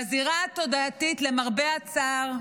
בזירה התודעתית, למרבה הצער,